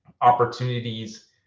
opportunities